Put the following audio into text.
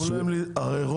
הרי,